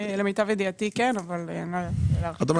למיטב ידיעתי כן, אבל אני לא יודעת.